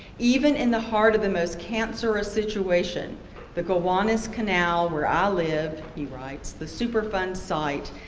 even in the heart of the most cancerous situation the gowanus canal, where i live, he writes, the superfund site,